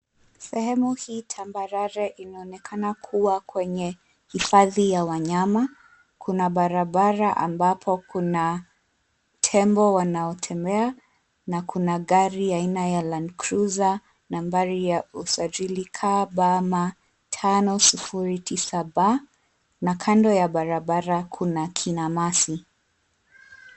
Sehemu hii tambarare inaonekana kuwa kwenye hifadhi ya wanyama. Kuna barabara ambapo kuna tembo wanatembea na gari aina ya Land Cruiser nambari ya usajili, KBM 509B, na kando ya barabara kuna kinamasi.